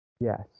Yes